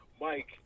Mike